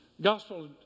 gospel